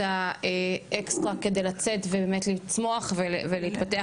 האקסטרה כדי לצאת ובאמת לצמוח ולהתפתח.